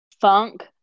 funk